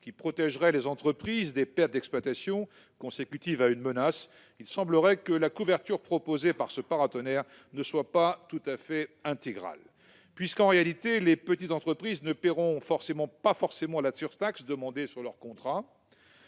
qui protégerait les entreprises des pertes d'exploitation consécutives à une menace, il semblerait que la couverture proposée ne soit pas tout à fait intégrale. En réalité, les petites entreprises ne paieront pas forcément la surtaxe demandée sur leurs contrats